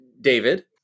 David